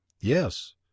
yes